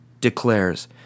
declares